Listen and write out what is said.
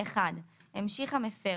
המשך המפר,